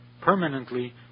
permanently